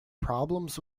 problems